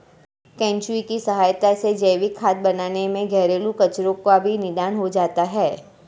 केंचुए की सहायता से जैविक खाद बनाने में घरेलू कचरो का भी निदान हो जाता है